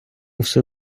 всю